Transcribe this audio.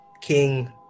king